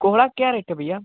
कोहड़ा क्या रेट है भैया